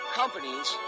companies